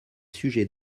sujets